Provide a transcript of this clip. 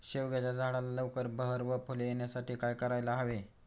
शेवग्याच्या झाडाला लवकर बहर व फूले येण्यासाठी काय करायला हवे?